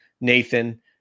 Nathan